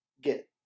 get